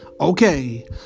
Okay